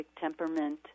temperament